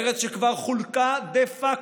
ארץ שכבר חולקה דה פקטו.